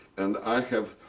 and i have,